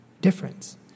difference